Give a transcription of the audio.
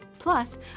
Plus